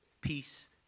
peace